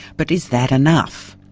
but is that enough?